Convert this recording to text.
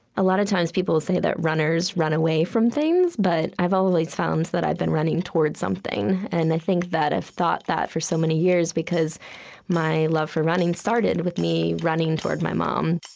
a lot of times people will say that runners run away from things, but i've always found that i've been running towards something. and i think that i've thought that for so many years because my love for running started with me running toward my mom